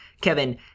Kevin